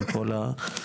עם כל ההשלכות?